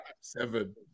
seven